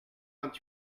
vingt